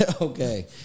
okay